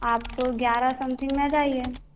आप ग्यारह समथिंग में आ जाइए